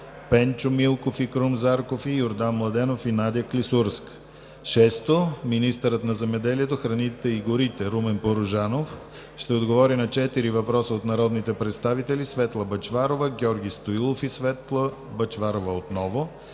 Пенчо Милков и Крум Зарков; и Йордан Младенов и Надя Клисурска. 6. Министърът на земеделието, храните и горите Румен Порожанов ще отговори на четири въпроса от народните представители Светла Бъчварова; Георги Стоилов и Светла Бъчварова;